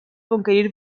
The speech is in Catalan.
conquerir